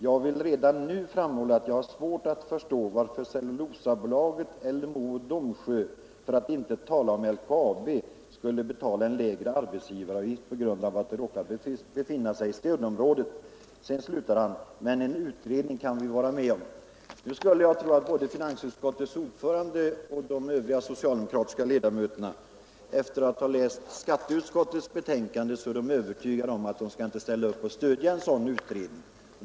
Jag vill redan nu framhålla att jag har svårt att förstå varför Cellulosabolaget eller Mo och Domsjö, för att inte tala om LKAB, skulle betala en lägre arbetsgivaravgift på grund av att de råkar befinna sig i stödområdet. Men en utredning kan vi vara med om.” Nu skulle jag tro att både finansutskottets vice ordförande och de övriga socialdemokratiska ledamöterna efter att ha läst skatteutskottets betänkande är övertygade om att de inte skall stödja förslaget om en sådan utredning.